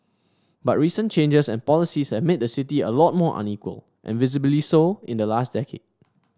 but recent changes and policies have made the city a lot more unequal and visibly so in the last decade